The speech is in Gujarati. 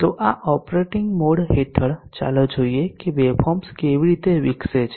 તો આ ઓપરેટિંગ મોડ હેઠળ ચાલો જોઈએ કે વેવફોર્મ્સ કેવી રીતે વિકસે છે